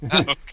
Okay